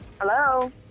Hello